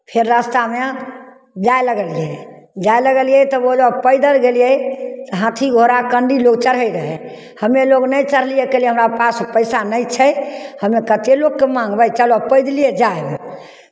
फेर रास्तामे जाय लगलियै जाय लगलियै तऽ ओजऽ पैदल गेलियै हाथी घोड़ा कन्धी लोक चढ़ैत रहै हमे लोक नहि चढ़लियै काहे लए हमरा पास पैसा नहि छै हमे कतेक लोकके माङ्गबै चलो पैदले जाइत हइ